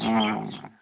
ᱚ